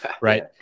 right